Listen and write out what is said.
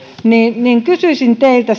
niin niin kysyisin teiltä